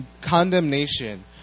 condemnation